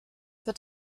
wird